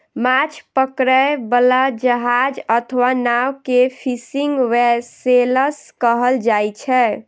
माछ पकड़ै बला जहाज अथवा नाव कें फिशिंग वैसेल्स कहल जाइ छै